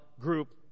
group